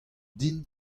din